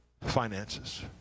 finances